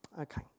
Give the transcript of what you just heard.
Okay